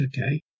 Okay